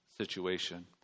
situation